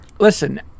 Listen